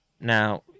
Now